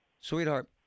sweetheart